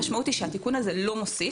המשמעות היא שהתיקון הזה לא מוסיף,